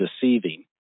deceiving